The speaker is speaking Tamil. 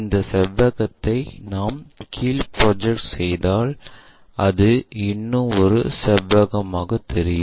இந்த செவ்வகத்தை நாம் கீழே ப்ரொஜெக்ட் செய்தாள் அது இன்னும் ஒரு செவ்வகமாக தெரியும்